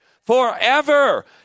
forever